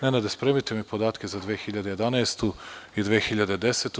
Nenade, spremite mi podatke za 2011. i 2010. godinu.